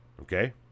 Okay